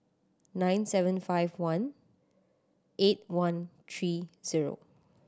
nine seven five one eight one three zero